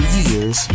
years